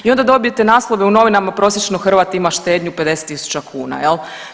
I onda dobijete naslove u novima prosječno Hrvat ima štednju 50.000 kuna jel.